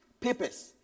papers